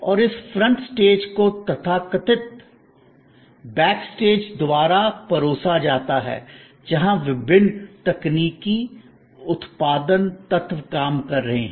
और उस front stage को तथाकथित बैक स्टेज द्वारा परोसा जाता है जहां विभिन्न तकनीकी उत्पादन तत्व काम कर रहे हैं